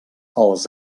els